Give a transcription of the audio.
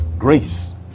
Grace